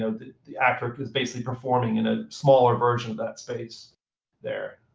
so the the actor is basically performing in a smaller version of that space there,